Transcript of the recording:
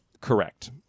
Correct